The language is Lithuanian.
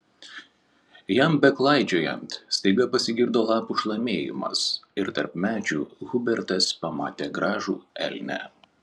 jam beklaidžiojant staiga pasigirdo lapų šlamėjimas ir tarp medžių hubertas pamatė gražų elnią